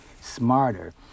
smarter